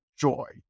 joy